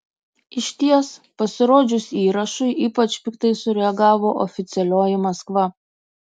išties pasirodžius įrašui ypač piktai sureagavo oficialioji maskva